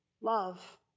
love